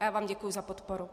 A já vám děkuji za podporu.